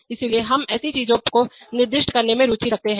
इसलिए हम ऐसी चीजों को निर्दिष्ट करने में रुचि रखते हैं